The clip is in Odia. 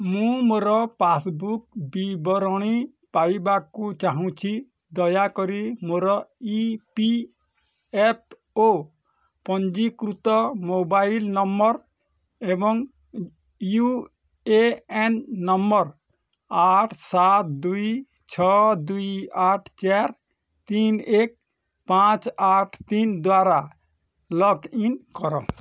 ମୁଁ ମୋର ପାସ୍ବୁକ୍ ବିବରଣୀ ପାଇବାକୁ ଚାହୁଁଛି ଦୟାକରି ମୋର ଇ ପି ଏଫ୍ ଓ ପଞ୍ଜୀକୃତ ମୋବାଇଲ୍ ନମ୍ବର୍ ଏବଂ ୟୁ ଏ ଏନ୍ ନମ୍ବର୍ ଆଠ ସାତ ଦୁଇ ଛଅ ଦୁଇ ଆଠ ଚାର ତିନ ଏକ ପାଞ୍ଚ ଆଠ ତିନି ଦ୍ଵାରା ଲଗ୍ଇନ୍ କର